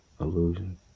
illusion